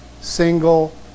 single